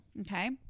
Okay